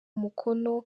umukono